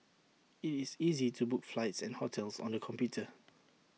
IT is easy to book flights and hotels on the computer